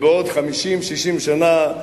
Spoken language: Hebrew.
ובעוד 50 60 שנה,